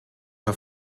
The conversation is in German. auf